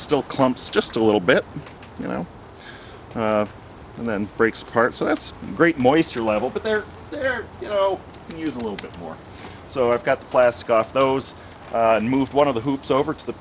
still clumps just a little bit you know and then breaks part so that's great moisture level but they're there you know use a little bit more so i've got the plastic off those moved one of the hoops over to the